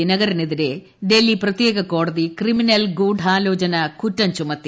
ദിനകരനെതിരെ ഡൽഹി പ്രത്യേക കോടതി ക്രിമിനൽ ഗൂഢാലോചനകുറ്റും ചുമത്തി